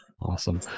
Awesome